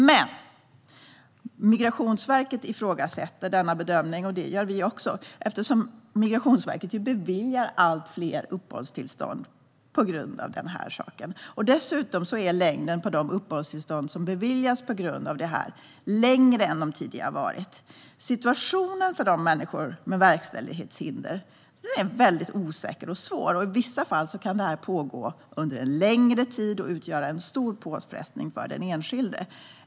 Men Migrationsverket ifrågasätter denna bedömning, och det gör vi också eftersom Migrationsverket beviljar allt fler uppehållstillstånd på grund av detta. Dessutom är längden på de uppehållstillstånd som beviljas på grund av detta längre än de tidigare har varit. Situationen för de människor för vilka det finns verkställighetshinder är mycket osäker och svår. I vissa fall kan detta pågå under en längre tid och utgöra en stor påfrestning för den enskilde.